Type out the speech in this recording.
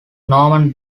norman